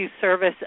service